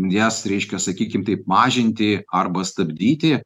jas reiškia sakykim taip mažinti arba stabdyti